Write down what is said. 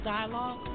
Dialogue